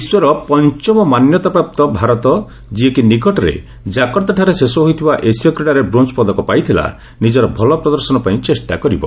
ବିଶ୍ୱର ପଞ୍ଚମ ମାନ୍ୟତାପ୍ରାପ୍ତ ଭାରତ ଯିଏକି ନିକଟରେ ଜାକର୍ତ୍ତାଠାରେ ଶେଷ ହୋଇଥିବା ଏସୀୟ କ୍ରୀଡ଼ାରେ ବ୍ରୋଞ୍ଜ ପଦକ ପାଇଥିଲା ନିଜର ଭଲ ପ୍ରଦର୍ଶନ ପାଇଁ ଚେଷ୍ଟା କରିବ